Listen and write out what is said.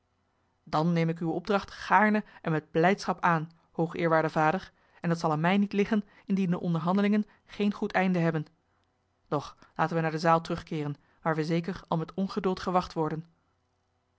dan neem ik uwe opdracht gaarne en met blijdschap aan hoogeerwaarde vader en het zal aan mij niet liggen indien de onderhandelingen geen goed einde hebben doch laten wij naar de zaal terugkeeren waar wij zeker al met ongeduld gewacht worden